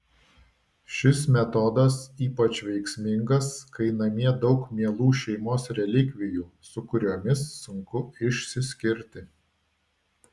šis metodas ypač veiksmingas kai namie daug mielų šeimos relikvijų su kuriomis sunku išsiskirti